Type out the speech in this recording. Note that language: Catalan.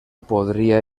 podria